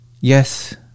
yes